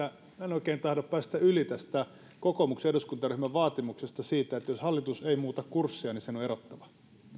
oikein tahdo päästä yli kokoomuksen eduskuntaryhmän vaatimuksesta siitä että jos hallitus ei muuta kurssia sen on erottava